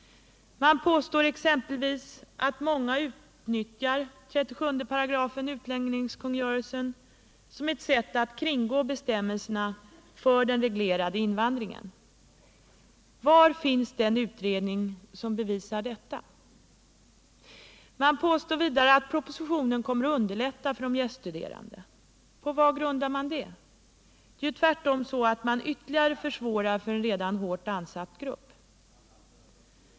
Man påstår exempelvis att många utnyttjar 37 § utlänningskungörelsen som ett sätt att kringgå bestämmelserna för den reglerade invandringen. Var finns den utredning som bevisar detta? Man påstår vidare att propositionen kommer att underlätta för de gäststuderande. På vad grundar man detta? Det är ju tvärtom så att man ytterligare försvårar för en redan hårt ansatt grupp.